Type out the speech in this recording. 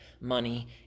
money